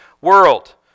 world